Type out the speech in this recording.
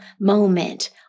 moment